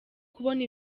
kubona